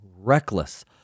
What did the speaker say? reckless